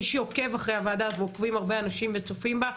מי שעוקב אחרי הוועדה ועוקבים הרבה אנשים וצופים בה,